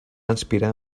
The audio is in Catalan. inspirar